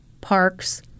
Parks